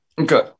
Okay